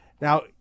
Now